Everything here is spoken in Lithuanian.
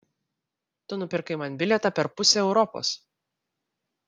tu nupirkai man bilietą per pusę europos